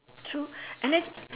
true and then